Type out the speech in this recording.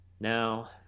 Now